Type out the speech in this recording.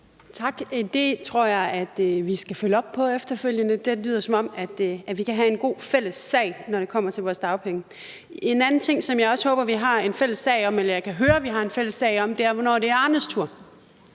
Tak. Det tror jeg at vi skal følge op på efterfølgende. Det lyder, som om vi kan have en god fælles sag, når det kommer til vores dagpenge. En anden ting, som jeg også håber vi har en fælles sag om, eller rettere, som jeg også kan høre vi har en fælles sag om, er, hvornår det er Arnes tur.